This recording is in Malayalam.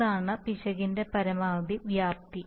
അതാണ് പിശകിന്റെ പരമാവധി വ്യാപ്തി